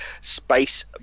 Space